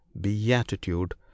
BEATITUDE